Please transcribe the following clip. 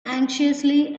anxiously